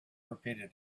repeated